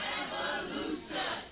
Revolution